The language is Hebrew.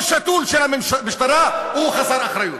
או שתול של המשטרה, או חסר אחריות.